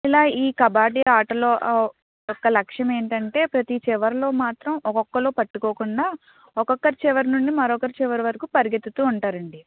ఇలా ఈ కబడ్డీ ఆటలో ఒక లక్ష్యమేంటంటే ప్రతి చివరలో మాత్రం ఒకొకళ్ళు పట్టుకోకుండా ఒకొక్కరి చివరి నుండి మరొకరి చివరి వరకు పరిగెత్తుతూ ఉంటారండీ